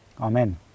Amen